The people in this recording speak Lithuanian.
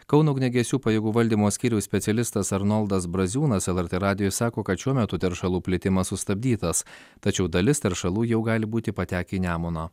kauno ugniagesių pajėgų valdymo skyriaus specialistas arnoldas braziūnas lrt radijui sako kad šiuo metu teršalų plitimas sustabdytas tačiau dalis teršalų jau gali būti patekę į nemuną